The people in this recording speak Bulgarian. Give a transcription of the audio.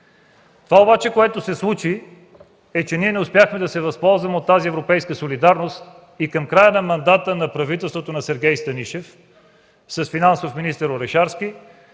Това обаче, което се случи, е, че ние не успяхме да се възползваме от тази европейска солидарност и към края на мандата на правителството на Сергей Станишев с финансов министър Орешарски,